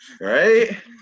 Right